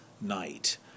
night